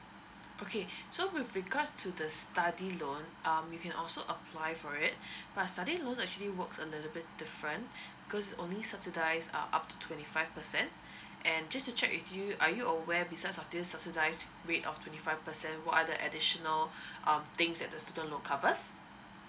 okay so with regards to the study loan um you can also apply for it but study loan actually works a little bit different because only subsidise uh up to twenty five percent and just to check with you are you aware besides of this subsidised rate of twenty five percent what are the additional um things that the student loans covers